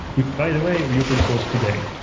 which by the way we open sourced today.